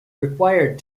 required